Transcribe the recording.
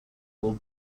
will